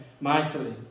mightily